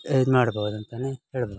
ಇದು ಮಾಡ್ಬೋದು ಅಂತಲೇ ಹೇಳ್ಬೋದು